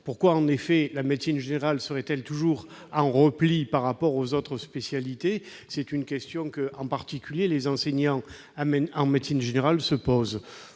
Pourquoi la médecine générale serait-elle toujours en repli par rapport aux autres spécialités ? C'est une question que les enseignants en médecine générale, notamment,